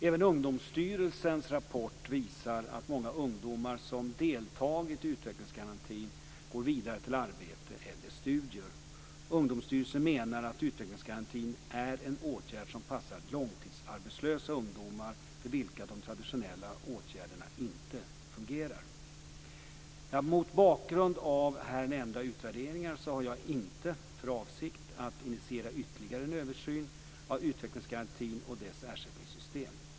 Även Ungdomsstyrelsens rapport visar att många ungdomar som deltagit i utvecklingsgarantin går vidare till arbete eller studier. Ungdomsstyrelsen menar att utvecklingsgarantin är en åtgärd som passar långtidsarbetslösa ungdomar för vilka de traditionella åtgärderna inte fungerar. Mot bakgrund av här nämnda utvärderingar har jag inte för avsikt att initiera ytterligare en översyn av utvecklingsgarantin och dess ersättningssystem.